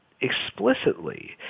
explicitly